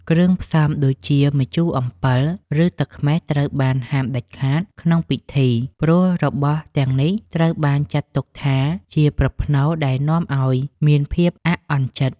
គ្រឿងផ្សំដូចជាម្ជូរអំពិល ឬទឹកខ្មេះត្រូវបានហាមដាច់ខាតក្នុងកិច្ចពិធី ព្រោះរបស់ទាំងនេះត្រូវបានចាត់ទុកថាជាប្រផ្នូលដែលនាំឱ្យមានភាពអាក់អន់ចិត្ត។